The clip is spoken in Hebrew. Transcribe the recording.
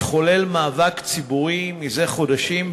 מתחולל מאבק ציבורי מזה חודשים,